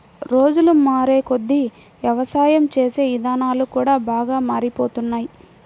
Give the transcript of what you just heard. రోజులు మారేకొద్దీ యవసాయం చేసే ఇదానాలు కూడా బాగా మారిపోతున్నాయ్